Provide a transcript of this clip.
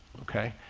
okay,